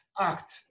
act